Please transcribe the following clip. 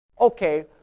Okay